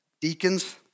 deacons